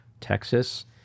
Texas